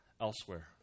elsewhere